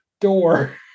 door